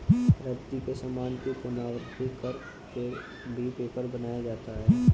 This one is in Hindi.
रद्दी के सामान की पुनरावृति कर के भी पेपर बनाया जाता है